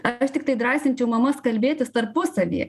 aš tiktai drąsinčiau mamas kalbėtis tarpusavyje